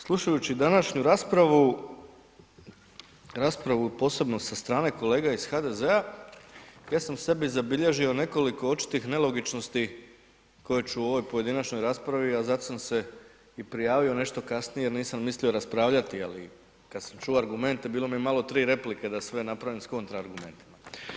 Slušajući današnju raspravu, raspravu posebno sa strane kolega iz HDZ-a ja sam sebi zabilježio nekoliko očitih nelogičnosti koje ću u ovoj pojedinačnoj raspravi, a zato sam se i prijavio nešto kasnije jer nisam mislio raspravljati, ali kada sam čuo argumente bilo mi je malo tri replike da sve napravim s kontraargumentima.